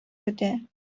көтә